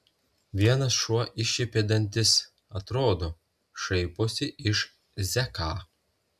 vienas šuo iššiepė dantis atrodo šaiposi iš zeką